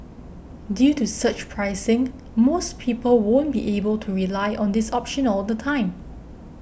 due to surge pricing most people won't be able to rely on this option all the time